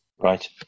Right